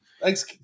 Thanks